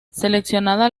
seleccionada